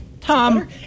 tom